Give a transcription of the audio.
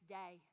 day